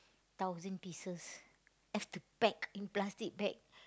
thousand pieces as the bag in plastic bag